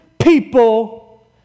people